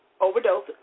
overdose